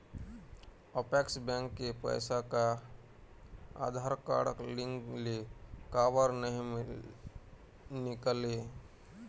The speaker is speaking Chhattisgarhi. अपेक्स बैंक के पैसा हा आधार कारड लिंक ले काबर नहीं निकले?